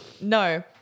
No